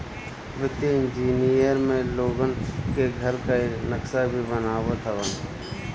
वित्तीय इंजनियर में लोगन के घर कअ नक्सा भी बनावत हवन